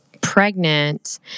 pregnant